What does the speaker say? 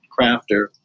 crafter